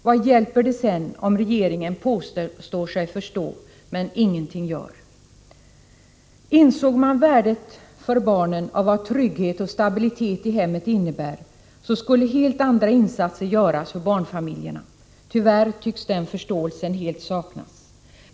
Vad hjälper det sedan om regeringen påstår sig förstå men ingenting gör? Insåg man värdet för barnen av vad trygghet och stabilitet i hemmet innebär så skulle helt andra resurser ställas till barnfamiljernas förfogande. Tyvärr tycks den förståelsen helt saknas.